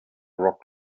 rock